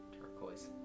Turquoise